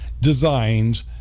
designed